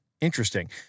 interesting